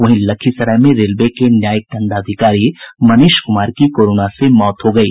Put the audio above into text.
वहीं लखीसराय में रेलवे के न्यायिक दंडाधिकारी मनीष कुमार की कोरोना से मौत हो गयी